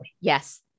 Yes